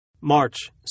March